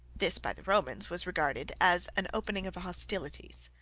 this by the romans was regarded as an opening of hostilities.